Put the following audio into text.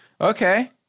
Okay